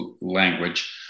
language